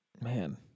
Man